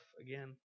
again